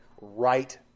right